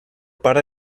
pare